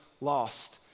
lost